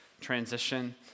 transition